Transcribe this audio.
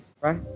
Right